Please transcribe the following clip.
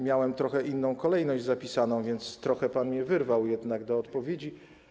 Miałem trochę inną kolejność zapisaną, więc trochę pan mnie wyrwał jednak do odpowiedzi.